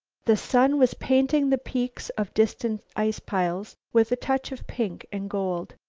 the sun was painting the peaks of distant ice-piles with a touch of pink and gold.